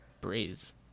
Breeze